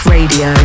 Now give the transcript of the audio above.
Radio